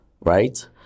right